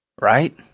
Right